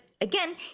again